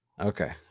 Okay